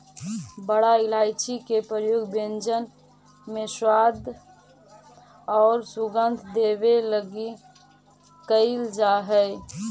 बड़ा इलायची के प्रयोग व्यंजन में स्वाद औउर सुगंध देवे लगी कैइल जा हई